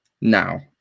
Now